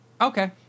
Okay